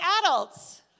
adults